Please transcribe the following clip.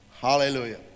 Hallelujah